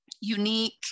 unique